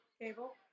cable